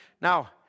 Now